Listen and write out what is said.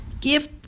Give